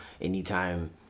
anytime